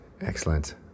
Excellent